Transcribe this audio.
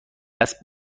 است